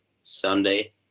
Sunday